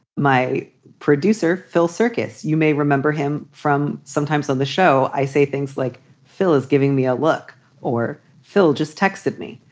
my producer, phil circus. you may remember him from sometimes on the show. i say things like phil is giving me a look or phil just texted me.